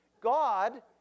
God